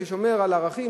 ששומר על ערכים,